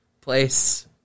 place